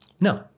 no